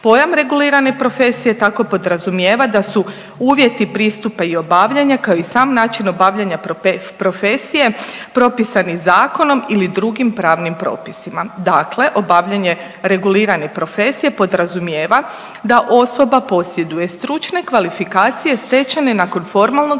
Pojam regulirane profesije tako podrazumijeva da su uvjeti pristupa i obavljanja kao i sam način obavljanja profesije propisani zakonom ili drugim pravnim propisima. Dakle, obavljanje regulirane profesije podrazumijeva da osoba posjeduje stručne kvalifikacije stečene nakon formalnog